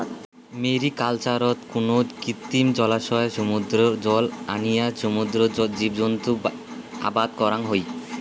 ম্যারিকালচারত কুনো কৃত্রিম জলাশয়ত সমুদ্রর জল আনিয়া সমুদ্রর জীবজন্তু আবাদ করাং হই